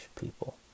people